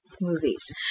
movies